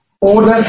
order